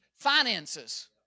finances